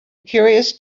curious